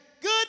good